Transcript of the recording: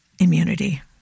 immunity